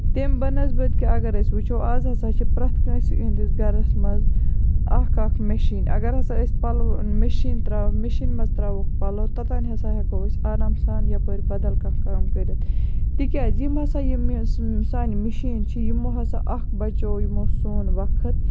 تٔمۍ بَنیٚسبت کہِ اَگر أسۍ وُچھو آز ہسا چھِ پرٮ۪تھ کٲنسہِ یِہِنٛدِس گرَس منٛز اکھ اکھ مِشیٖن اَگر ہسا أسۍ پَلو مِشیٖن تراوو مِشیٖن منٛز تراوہکھ پَلو توٚتانۍ ہسا ہیٚکہوکھ أسۍ آرام سان یَپٲرۍ بدل کانٛہہ کٲم کٔرِتھ تِکیازِ یِم ہسا یِم مےٚ سانہِ مِشیٖنہِ چھ یِمو ہسا اکھ بَچو یِمَو سون وقت